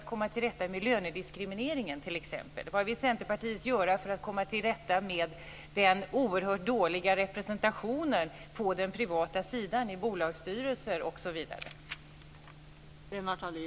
Vad vill Centerpartiet göra för att komma till rätta med lönediskrimineringen, t.ex.?